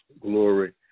glory